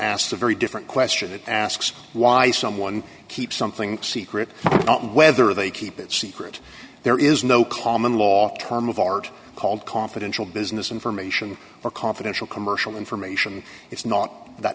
asked a very different question that asks why someone keep something secret not whether they keep it secret there is no common law term of art called confidential business information or confidential commercial information it's not that